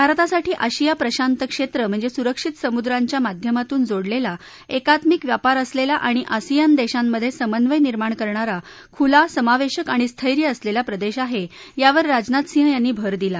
भारतासाठी आशिया प्रशांत क्षद्वीम्हणज मुरक्षित समुद्रांच्या माध्यमातून जोडलली एकात्मिक व्यापार असलली आणि असियान दशीमध्य सिमन्वय निर्माण करणारा खुला समावधीक आणि स्थैर्य असलस्ती प्रदशीआहा ब्रावर राजनाथ सिंह यांनी भर दिला